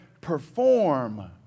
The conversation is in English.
perform